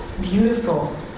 beautiful